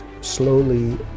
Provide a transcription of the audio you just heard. slowly